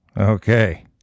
Okay